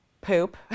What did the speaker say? poop